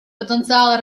потенциала